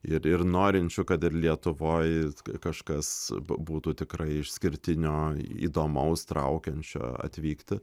ir ir norinčių kad ir lietuvoj kažkas būtų tikrai išskirtinio įdomaus traukiančio atvykti